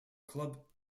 club